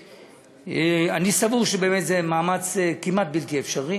אני סבור שבאמת זה מאמץ כמעט בלתי אפשרי.